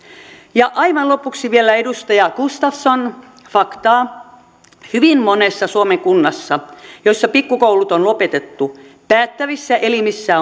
ja aivan lopuksi vielä edustaja gustafsson faktaa hyvin monessa suomen kunnassa joissa pikkukoulut on lopetettu päättävissä elimissä